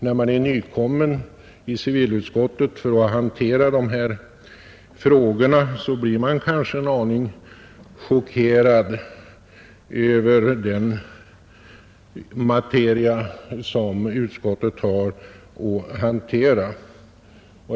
När man är nykommen i civilutskottet för att handlägga dessa frågor blir man kanske en aning chockerad över den materia som utskottet har att hantera.